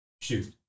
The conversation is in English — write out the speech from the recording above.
Shoot